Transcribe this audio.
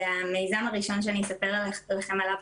והמיזם הראשון שאני אספר לכם עליו,